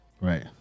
Right